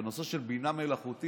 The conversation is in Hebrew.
בנושא של בינה מלאכותית.